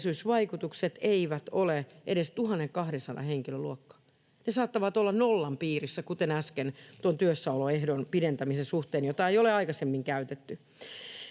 työllisyysvaikutukset eivät ole edes 1 200 henkilön luokkaa. Ne saattavat olla nollan piirissä kuten äsken tuon työssäoloehdon pidentämisen suhteen, jota ei ole aikaisemmin käytetty.